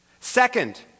Second